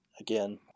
again